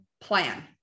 plan